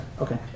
Okay